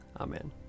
Amen